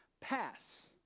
pass